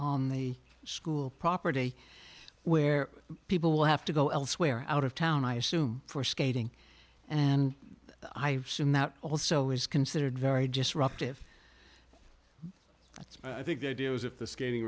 on the school property where people will have to go elsewhere out of town i assume for skating and i've seen that also is considered very disruptive that's i think the idea was if the skating